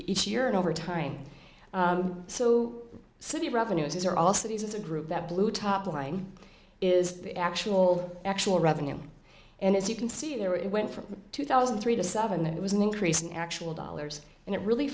each year and over time so city revenues are also it's a group that blew top line is the actual actual revenue and as you can see there it went from two thousand three to seven it was an increase in actual dollars and it really